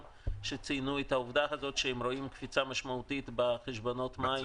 שציינו את העובדה הזאת שהם רואים קפיצה משמעותית בחשבונות המים